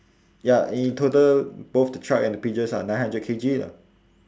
ya in total both the truck and the pigeons are nine hundred K_G lah